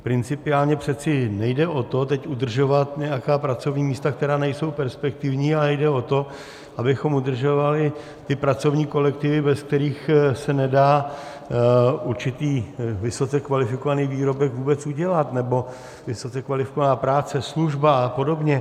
Principiálně přece nejde o to teď udržovat nějaká pracovní místa, která nejsou perspektivní, ale jde o to, abychom udržovali ty pracovní kolektivy, bez kterých se nedá určitý vysoce kvalifikovaný výrobek vůbec udělat, nebo vysoce kvalifikovaná práce, služba apod.